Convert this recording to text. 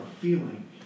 feeling